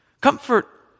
Comfort